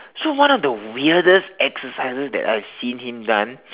so one of the weirdest exercises that I have seen him done